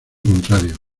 contrario